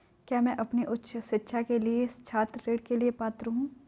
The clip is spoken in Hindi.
क्या मैं अपनी उच्च शिक्षा के लिए छात्र ऋण के लिए पात्र हूँ?